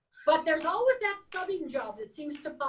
but there's always that subbing job that seems to